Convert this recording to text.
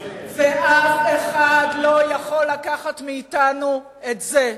ואף אחד לא יכול לקחת מאתנו את זה.